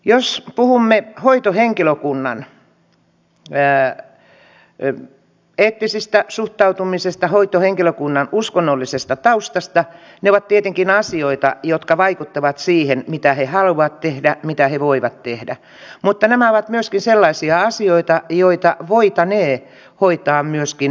jos puhumme hoitohenkilökunnan eettisestä suhtautumisesta hoitohenkilökunnan uskonnollisesta taustasta niin ne ovat tietenkin asioita jotka vaikuttavat siihen mitä he haluavat tehdä mitä he voivat tehdä mutta nämä ovat myöskin sellaisia asioita joita voitaneen hoitaa myöskin työaikajärjestelyin